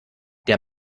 der